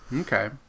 Okay